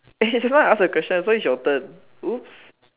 eh just now I ask the question so it's your turn oops